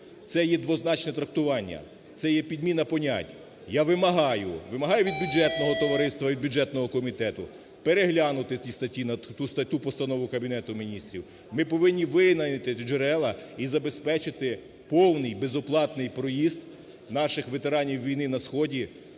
це є двозначне трактування, це є підміна понять. Я вимагаю – вимагаю від бюджетного товариства, від бюджетного комітету переглянути ці статті на ту статтю Постанови Кабінету Міністрів. Ми повинні винайти джерела і забезпечити повний безоплатний проїзд наших ветеранів війни на сході